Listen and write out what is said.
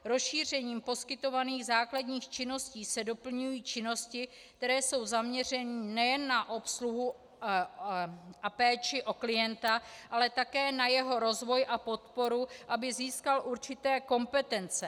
Rozšířením poskytovaných základních činností se doplňují činnosti, které jsou zaměřeny nejen na obsluhu a péči o klienta, ale také na jeho rozvoj a podporu, aby získal určité kompetence.